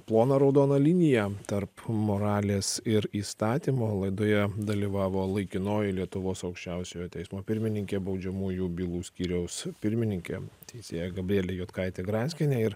ploną raudoną liniją tarp moralės ir įstatymo laidoje dalyvavo laikinoji lietuvos aukščiausiojo teismo pirmininkė baudžiamųjų bylų skyriaus pirmininkė teisėja gabrielė juodkaitė granskienė ir